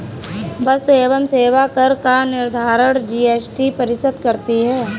वस्तु एवं सेवा कर का निर्धारण जीएसटी परिषद करती है